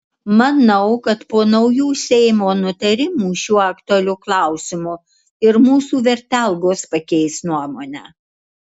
manau kad po naujų seimo nutarimų šiuo aktualiu klausimu ir mūsų vertelgos pakeis nuomonę